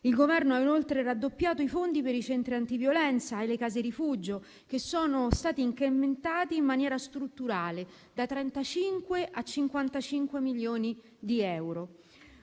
Il Governo ha inoltre raddoppiato i fondi per i centri antiviolenza e le case rifugio, che sono stati incrementati in maniera strutturale, da 35 a 55 milioni di euro.